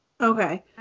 Okay